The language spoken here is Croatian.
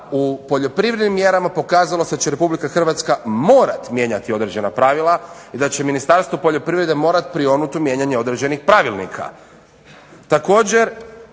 u poljoprivrednim mjerama pokazalo se da će Republika Hrvatska morati mijenjati određena pravila i da će Ministarstvo poljoprivrede morati prionuti u mijenjanje određenih pravilnika. Također